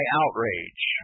outrage